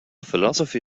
philosophy